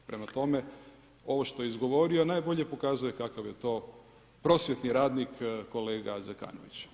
Prema tome, ono što je izgovorio, najbolje pokazuje kakav je to prosvjetni radnik kolega Zekanović.